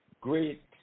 great